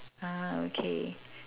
ah okay